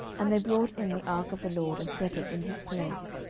and they brought in the ark of the lord, and set it in his place,